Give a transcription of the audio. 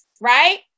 right